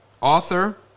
Author